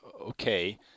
okay